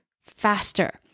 faster